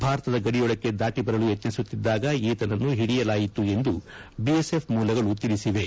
ಭಾರತದ ಗಡಿಯೊಳಕ್ಕೆ ದಾಟಿ ಬರಲು ಪ್ರಯತ್ತಿಸುತ್ತಿದ್ದಾಗ ಈತನನ್ನು ಹಿಡಿಯಲಾಯಿತು ಎಂದು ಬಿಎಸ್ಎಫ್ ಮೂಲಗಳು ತಿಳಿಸಿವೆ